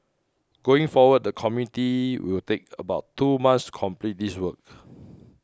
going forward the committee will take about two months complete this work